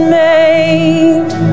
made